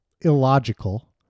illogical